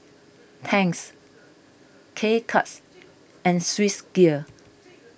Tangs K Cuts and Swissgear